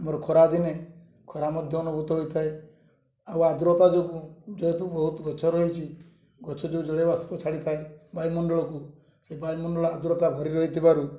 ଆମର ଖରାଦିନେ ଖରା ମଧ୍ୟ ଅନୁଭୂତ ହୋଇଥାଏ ଆଉ ଆଦ୍ରତା ଯୋଗୁଁ ଯେହେତୁ ବହୁତ ଗଛ ରହିଛି ଗଛ ଯେଉଁ ଜଳୀୟବାଷ୍ପ ଛାଡ଼ିଥାଏ ବାୟୁମଣ୍ଡଳକୁ ସେ ବାୟୁମଣ୍ଡଳ ଆଦ୍ରତା ଭରି ରହିଥିବାରୁ